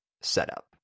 setup